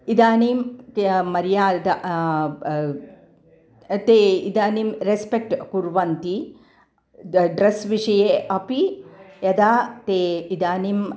इदानीं या मर्यादा ते इदानीं रेस्पेक्ट् कुर्वन्ति द ड्रस् विषये अपि यदा ते इदानीम्